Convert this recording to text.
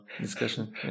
discussion